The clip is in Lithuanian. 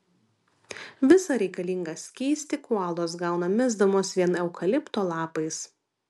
visą reikalingą skystį koalos gauna misdamos vien eukalipto lapais